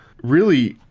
really,